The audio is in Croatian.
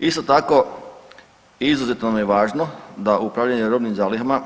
Isto tako, izuzetno nam je važno da upravljanje robnim zalihama